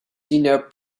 dinner